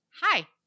hi